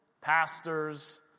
pastors